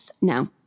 No